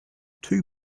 two